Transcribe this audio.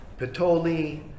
Petoli